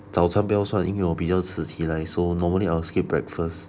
早餐不要算因为我比较迟起来 so normally I will skip breakfast